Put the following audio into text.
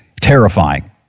terrifying